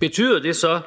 Betyder det så,